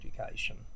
education